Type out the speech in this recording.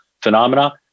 phenomena